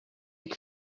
átha